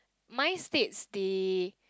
mine states the